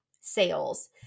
sales